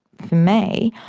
for me,